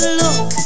look